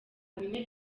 bine